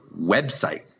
website